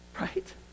right